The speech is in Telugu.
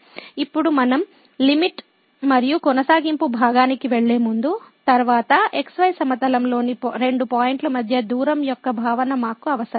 ఇప్పుడు మనం లిమిట్ మరియు కొనసాగింపు భాగానికి వెళ్ళే ముందు తర్వాత xy సమతలంలోని రెండు పాయింట్ల మధ్య దూరం యొక్క భావన మాకు అవసరం